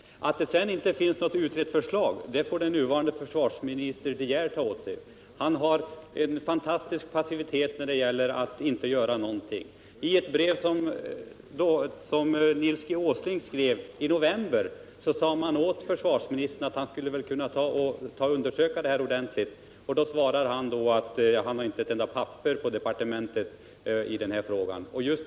Skulden till att det sedan inte kommit fram något färdigt förslag får den nuvarande försvarsministern De Geer ta på sig. Han har visat en fantastisk passivitet på denna punkt. I ett brev, som Nils G. Åsling skrev i november, uppmanades försvarsministern att undersöka denna fråga ordentligt. Försvarsministern svarade då att han inte hade ett enda papper på departementet i ärendet.